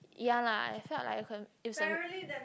ya lah it felt like it was a